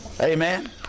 amen